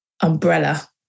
umbrella